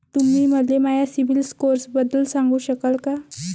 तुम्ही मले माया सीबील स्कोअरबद्दल सांगू शकाल का?